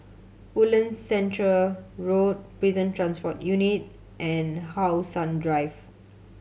Woodlands Centre Road Prison Transport Unit and How Sun Drive